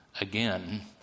again